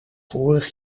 vorig